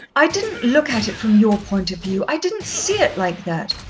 i didn't look at it from your point of view i didn't see it like that.